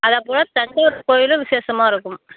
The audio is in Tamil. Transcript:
அதைப்புறம் தஞ்சாவூர் கோவிலும் விஷேசமாக இருக்கும்